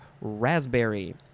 raspberry